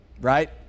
right